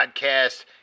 podcast